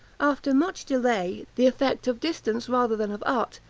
after much delay, the effect of distance rather than of art,